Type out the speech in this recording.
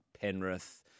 Penrith